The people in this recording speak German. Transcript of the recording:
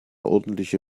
ordentliche